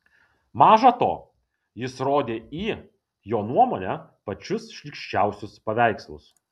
maža to jis rodė į jo nuomone pačius šlykščiausius paveikslus